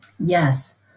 Yes